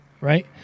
right